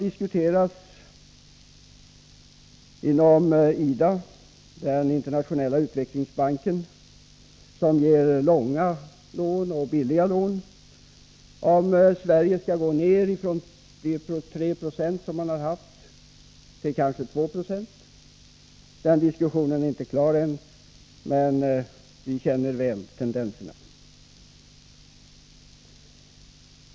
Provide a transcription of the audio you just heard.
Inom IDA, Internationella utvecklingsfonden, som ger långfristiga och billiga lån, diskuteras just nu om Sverige skall gå ned från de 3 96 som vi har bidragit med till kanske 2 270. Den diskussionen är inte klar än, men vi känner väl tendenserna.